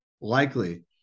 Likely